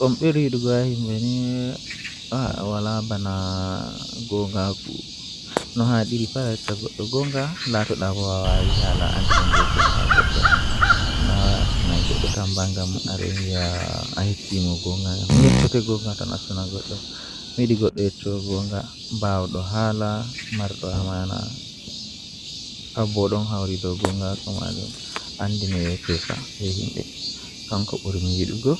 Ko njogorde ɗi faamini no woodi, ko ngam a faamataa ɗee njikataaɗe konngol maa. A waawi waɗde heɓre nde njogitde e njarɗe ɗi njikataaɗe. Kono waɗal ngal jooni faamataa ko waɗata e simulaasii maa, ngam ɗum no heɓiraa ɗe njikataaɗo ɗum, waɗataa ko a waɗa naatude e njipirde dow hakkunde konngol maa e njogorde ɗi.